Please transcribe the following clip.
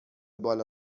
بالا